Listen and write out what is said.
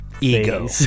ego